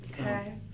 Okay